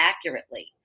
accurately